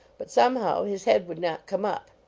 but somehow his head would not come up.